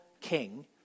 king